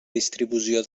distribució